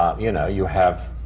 um you know, you have